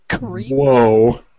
Whoa